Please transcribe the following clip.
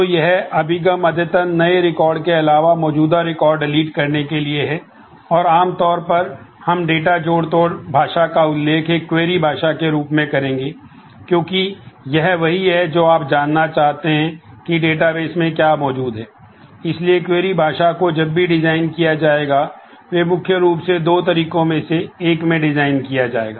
तो यह अभिगम अद्यतन नए रिकॉर्ड भाषा को जब भी डिज़ाइन किया जाएगा वे मुख्य रूप से दो तरीकों में से एक में डिज़ाइन किया जाएगा